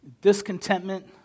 discontentment